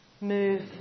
move